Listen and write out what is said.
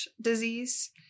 disease